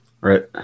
right